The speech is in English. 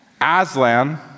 Aslan